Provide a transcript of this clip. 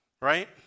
right